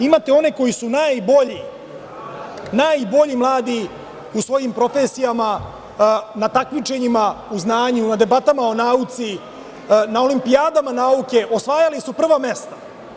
Imate one koji su najbolji, najbolji mladi u svojim profesijama, na takmičenjima u znanju, na debatama o nauci, na olimpijadama nauke, osvajali su prva mesta.